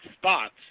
spots